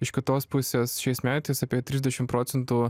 iš kitos pusės šiais metais apie trisdešm procentų